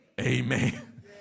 Amen